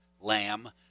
lamb